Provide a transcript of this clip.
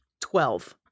Twelve